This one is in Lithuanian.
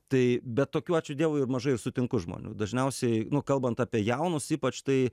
tai bet tokių ačiū dievui ir mažai sutinku žmonių dažniausiai nu kalbant apie jaunus ypač tai